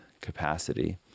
capacity